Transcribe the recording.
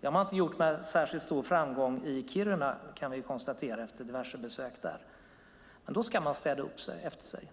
Det har man inte gjort med särskilt stor framgång i Kiruna kan vi konstatera efter att ha gjort diverse besök där. Man ska städa upp efter sig.